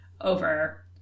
over